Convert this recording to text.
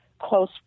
close